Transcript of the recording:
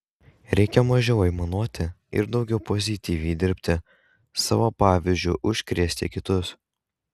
reikia mažiau aimanuoti ir daugiau pozityviai dirbti savo pavyzdžiu užkrėsti kitus